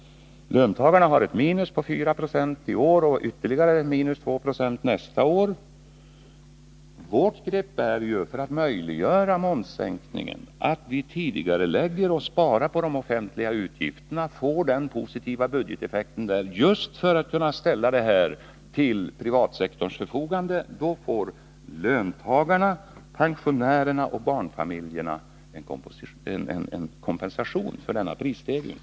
Löntagarna har ett minus på 4 90 i år och ett minus med ytterligare 2 0 nästa år. Vårt grepp är att vi för att möjliggöra momssänkningen tidigarelägger och sparar på de offentliga utgifterna, och vi får då den positiva budgeteffekt som behövs just för att kunna ställa medel till privatsektorns förfogande. Då får löntagarna, pensionärerna och barnfamiljerna en kompensation för prisstegringen.